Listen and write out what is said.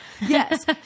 Yes